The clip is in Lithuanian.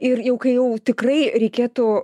ir jau kai jau tikrai reikėtų